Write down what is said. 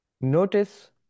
Notice